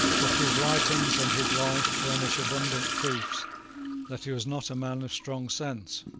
but his writings and his life furnish abundant proofs that he was not a man of strong sense.